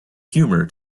humour